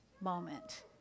moment